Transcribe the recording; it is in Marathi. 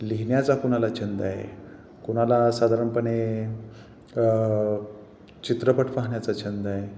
लिहिण्याचा कुणाला छंद आहे कुणाला साधारणपणे चित्रपट पाहण्याचा छंद आहे